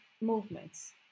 movements